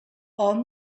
hom